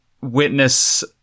witness